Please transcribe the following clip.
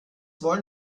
wollen